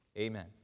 amen